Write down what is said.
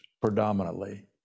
predominantly